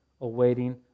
awaiting